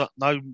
no